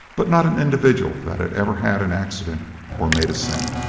but not an individual that had ever had an accident or made a cent.